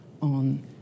on